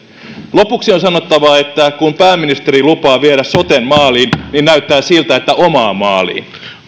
lopuksi on sanottava että kun pääministeri lupaa viedä soten maaliin niin näyttää siltä että omaan maaliin